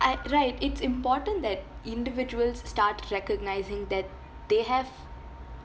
I right it's important that individuals start recognising that they have